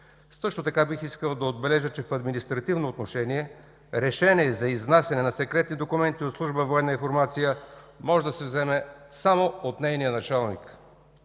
Също така бих искал да отбележа, че в административно отношение решение за изнасяне на секретни документи от Служба „Военна информация” може да се вземе само от нейния началник.